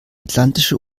atlantische